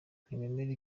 ntibemera